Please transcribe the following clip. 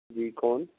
جی کون